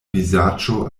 vizaĝo